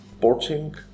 porting